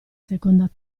seconda